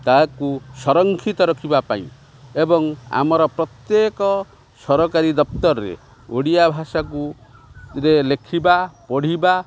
ତାକୁ ସଂରକ୍ଷିତ ରଖିବା ପାଇଁ ଏବଂ ଆମର ପ୍ରତ୍ୟେକ ସରକାରୀ ଦପ୍ତରରେ ଓଡ଼ିଆ ଭାଷାକୁ ରେ ଲେଖିବା ପଢ଼ିବା